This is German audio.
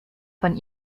von